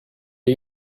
are